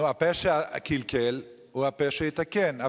נו, הפה שקלקל הוא הפה שיתקן.